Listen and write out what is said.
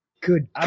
good